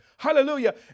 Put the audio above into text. Hallelujah